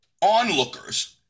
onlookers